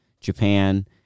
Japan